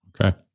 Okay